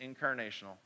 incarnational